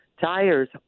tires